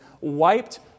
wiped